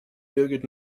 birgit